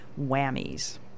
whammies